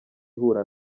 ihura